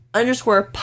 underscore